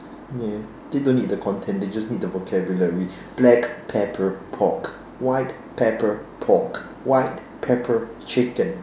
yes they do not need the content they just need the vocabulary black pepper pork white pepper pork white pepper chicken